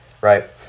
right